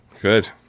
Good